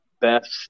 best